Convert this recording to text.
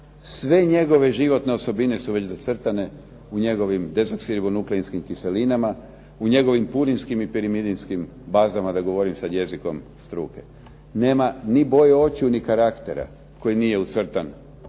Sve njegove životne osobine su već zacrtane u njegovim deoksiribonukleinskim kiselinama, u njegovim purinskim i pirimidijskim bazama da ne govorim sada jezikom struke. Nema, ni boje očiju ni karaktera koji nije ucrtan ni